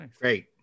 Great